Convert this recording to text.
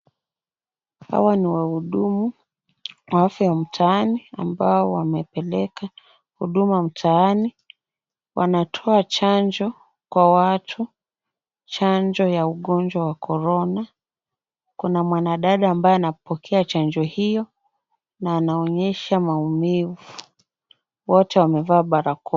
Hawa ni wahudumu wa afya mtaani ambao wamepeleka huduma mtaani. Wanatoa chanjo kwa watu, chanjo ya ugonjwa wa korona. Kuna mwanadada ambaye anapokea chanjo hiyo na anaonyesha maumivu. Wote wamevaa barakoa.